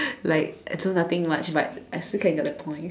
like so nothing much but I still can get the points